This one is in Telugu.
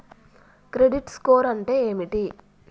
క్రెడిట్ స్కోర్ అంటే ఏమిటి?